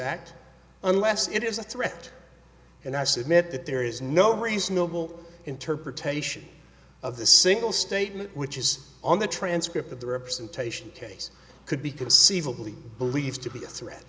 act unless it is a threat and i submit that there is no reasonable interpretation of the single statement which is on the transcript of the representation case could be conceivably believed to be a threat